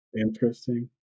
Interesting